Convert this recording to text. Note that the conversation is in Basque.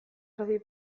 erdi